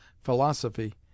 philosophy